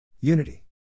Unity